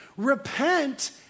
repent